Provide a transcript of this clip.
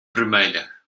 vermelha